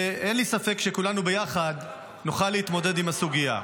אין לי ספק שכולנו ביחד נוכל להתמודד עם הסוגיה.